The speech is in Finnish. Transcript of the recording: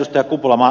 sitten ed